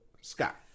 Scott